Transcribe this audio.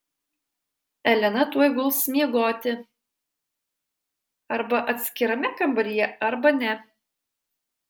elena tuoj guls miegoti arba atskirame kambaryje arba ne